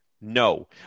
No